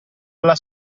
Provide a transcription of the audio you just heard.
alla